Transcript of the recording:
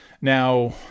Now